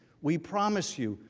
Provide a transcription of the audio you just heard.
we promise you,